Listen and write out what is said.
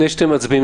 הסתייגות מס'